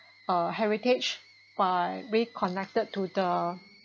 uh heritage by re-connected to the